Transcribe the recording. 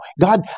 God